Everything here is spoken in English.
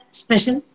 special